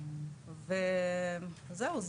וזהו,